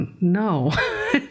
no